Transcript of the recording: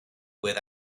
with